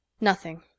Nothing